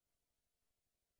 בבקשה.